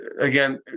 again